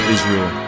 Israel